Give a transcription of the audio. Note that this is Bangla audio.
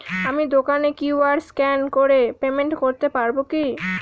আমি দোকানে কিউ.আর স্ক্যান করে পেমেন্ট করতে পারবো কি?